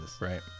Right